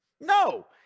No